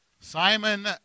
Simon